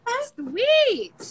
Sweet